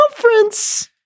conference